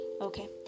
Okay